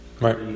Right